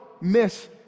miss